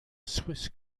swiss